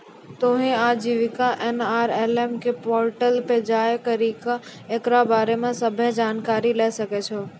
तोहें आजीविका एन.आर.एल.एम के पोर्टल पे जाय करि के एकरा बारे मे सभ्भे जानकारी लै सकै छो